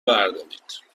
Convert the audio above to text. بردارید